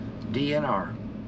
DNR